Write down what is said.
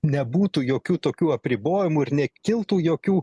nebūtų jokių tokių apribojimų ir nekiltų jokių